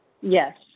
yes